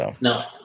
No